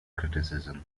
criticism